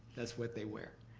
that's what they wear.